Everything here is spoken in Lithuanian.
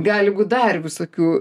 gali būti dar visokių